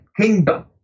Kingdom